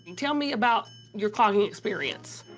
tell me about your clogging experience.